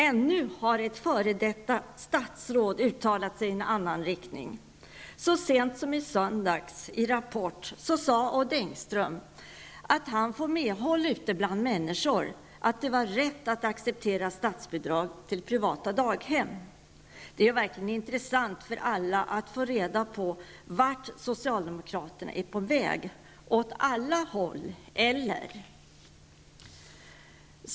Ännu ett f.d. statsråd har uttalat sig i en annan riktning. Så sent som i söndags sade Odd Engström i Rapport att han får medhåll ute bland människor för att det var rätt att acceptera statsbidrag till privata daghem. Det vore verkligen intressant att få reda på vart socialdemokraterna är på väg -- åt alla håll, eller vad annars?